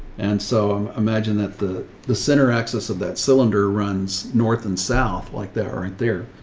and so um imagine that the, the center access of that cylinder runs north and south, like there aren't there.